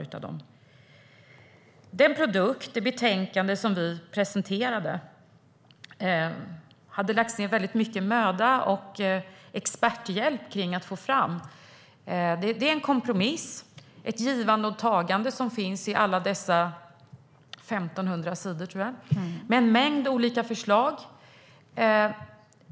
Det hade lagts ned väldigt mycket möda och experthjälp på att få fram den produkt och det betänkande som vi presenterade. Det var en kompromiss, ett givande och tagande på alla dessa 1 500 sidor. Vi lade fram en mängd olika förslag.